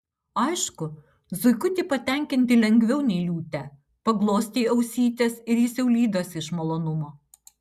aišku zuikutį patenkinti lengviau nei liūtę paglostei ausytes ir jis jau lydosi iš malonumo